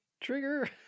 Trigger